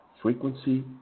frequency